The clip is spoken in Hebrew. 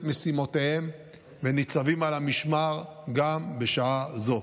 משימותיהם וניצבים על המשמר גם בשעה זו.